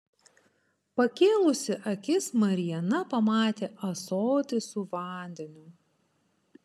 pakėlusi akis mariana pamatė ąsotį su vandeniu